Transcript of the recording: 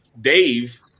Dave